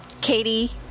Katie